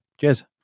cheers